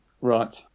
Right